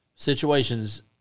Situations